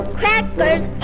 crackers